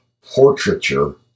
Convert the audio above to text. portraiture